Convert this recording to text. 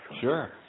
Sure